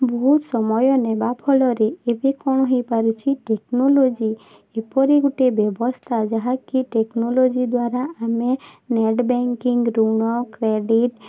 ବହୁତ ସମୟ ନେବା ଫଳରେ ଏବେ କ'ଣ ହୋଇପାରୁଛି ଟେକ୍ନୋଲୋଜି ଏପରି ଗୋଟେ ବ୍ୟବସ୍ଥା ଯାହାକି ଟେକ୍ନୋଲୋଜି ଦ୍ଵାରା ଆମେ ନେଟ୍ ବ୍ୟାଙ୍କିଙ୍ଗ୍ ଋଣ କ୍ରେଡ଼ିଟ୍